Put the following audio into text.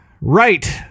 Right